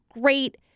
great